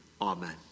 Amen